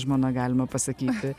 žmona galima pasakyti